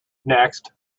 next